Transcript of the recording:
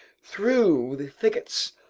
through the thickets,